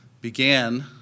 began